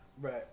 Right